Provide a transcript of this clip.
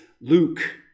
Luke